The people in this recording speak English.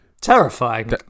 Terrifying